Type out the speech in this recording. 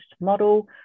model